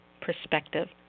perspective